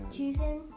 Choosing